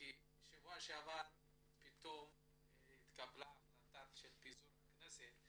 שבוע שעבר פתאום התקבלה החלטה של פיזור הכנסת.